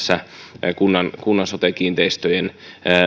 olen ollut kuntapäättäjän roolissa päättämässä kunnan sote kiinteistöjen